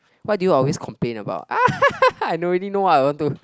what do you always complaint about I already know I want to